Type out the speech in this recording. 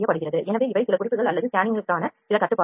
எனவே இவை சில குறிப்புகள் அல்லது ஸ்கேனிங்கிற்கான சில கட்டுப்பாடுகள்